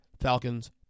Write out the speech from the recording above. Falcons